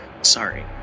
Sorry